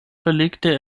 verlegte